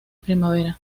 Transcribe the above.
primavera